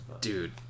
Dude